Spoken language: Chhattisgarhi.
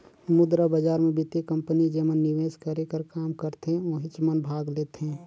मुद्रा बजार मे बित्तीय कंपनी जेमन निवेस करे कर काम करथे ओहिच मन भाग लेथें